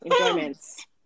enjoyments